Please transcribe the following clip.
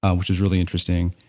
ah which was really interesting.